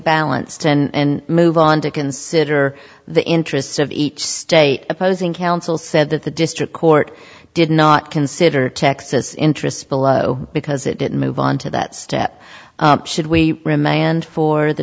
balanced and move on to consider the interests of each state opposing counsel said that the district court did not consider texas interests below because it didn't move on to that step should we and for the